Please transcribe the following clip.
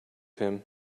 him